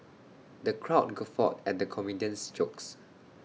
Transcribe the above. the crowd guffawed at the comedian's jokes